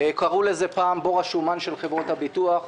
קראו לזה פעם "בור השומן של חברות הביטוח".